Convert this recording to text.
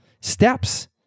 steps